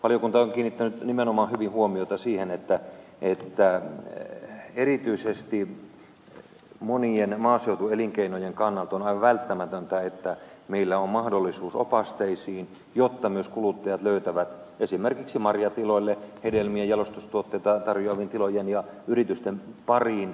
valiokunta on kiinnittänyt nimenomaan hyvin huomiota siihen että erityisesti monien maaseutuelinkeinojen kannalta on aivan välttämätöntä että meillä on mahdollisuus opasteisiin jotta myös kuluttajat löytävät esimerkiksi marjatiloille ja hedelmien jalostustuotteita tarjoavien tilojen ja yritysten pariin